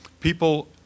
People